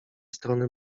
strony